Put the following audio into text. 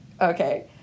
okay